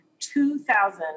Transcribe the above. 2,000